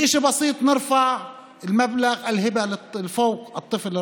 זה לא דבר של מה בכך שאנו מעלים את סכום המענק